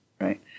right